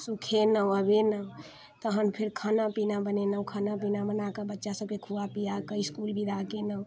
सुखेनहुँ अबेनहुँ तहन फेर खाना पीना बनेनहुँ खाना पीना बनाकऽ बच्चा सभके खुआ पियाके इसकुल विदा केनहुँ